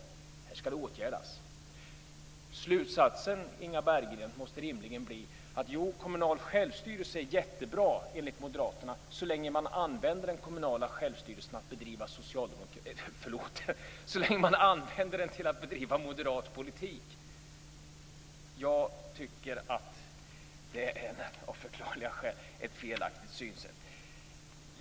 Slutsatsen, Inga Berggren, måste rimligen bli att kommunal självstyrelse är jättebra enligt moderaterna så länge man använder den kommunala självstyrelsen till att bedriva moderat politik. Jag tycker av förklarliga skäl att det är ett felaktigt synsätt.